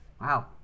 wow